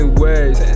ways